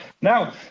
Now